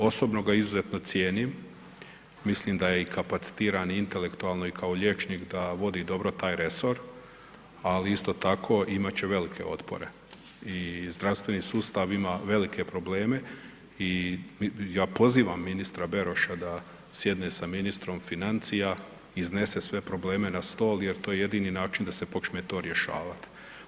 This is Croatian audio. Osobno ga izuzetno cijenim, mislim da je kapacitiran i intelektualno i kao liječnik da vodi dobro taj resor, ali isto tako imat će velike otpore i zdravstveni sustav ima velike probleme i ja pozivam ministra Beroša da sjedne sa ministrom financija, iznese sve probleme na stol jer to je jedini način da se počne to rješavati.